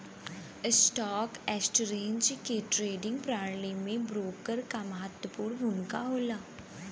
stock exchange के trading प्रणाली में ब्रोकर क महत्वपूर्ण भूमिका होला